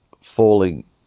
falling